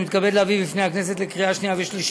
אני מתכבד להביא בפני הכנסת לקריאה שנייה ולקריאה